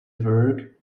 work